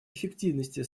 эффективности